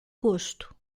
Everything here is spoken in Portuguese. gosto